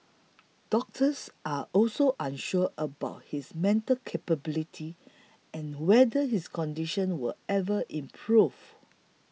doctors are also unsure about his mental capability and whether his condition will ever improve